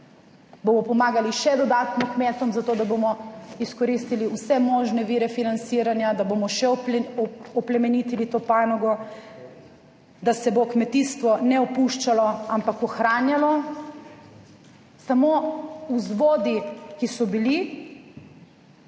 Bomo pomagali še dodatno kmetom, zato da bomo izkoristili vse možne vire financiranja, da bomo še oplemenitili to panogo, da se bo kmetijstvo ne opuščalo, ampak ohranjalo. Samo vzvodi, ki so bili,